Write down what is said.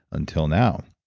until now.